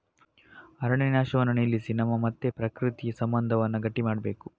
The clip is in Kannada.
ಅರಣ್ಯ ನಾಶವನ್ನ ನಿಲ್ಲಿಸಿ ನಮ್ಮ ಮತ್ತೆ ಪ್ರಕೃತಿಯ ಸಂಬಂಧವನ್ನ ಗಟ್ಟಿ ಮಾಡ್ಬೇಕು